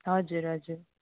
हजुर हजुर